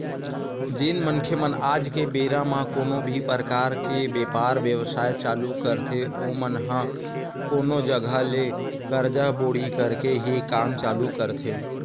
जेन मनखे मन आज के बेरा म कोनो भी परकार के बेपार बेवसाय चालू करथे ओमन ह कोनो जघा ले करजा बोड़ी करके ही काम चालू करथे